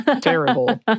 terrible